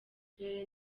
turere